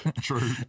true